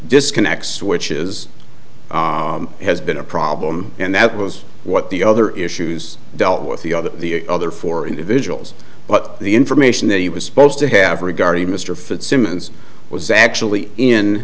disconnects which is has been a problem and that was what the other issues dealt with the other the other four individuals but the information that he was supposed to have regarding mr fitzsimmons was actually in